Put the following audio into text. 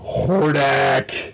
Hordak